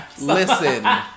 listen